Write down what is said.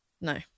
No